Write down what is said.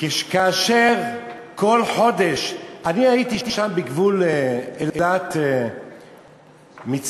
כאשר כל חודש, אני הייתי שם, בגבול אילת מצרים,